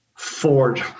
Ford